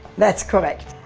that's correct.